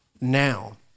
now